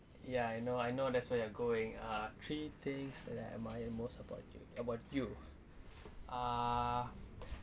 ya I know I know that's why you're going uh three things that I admire most about you about you ah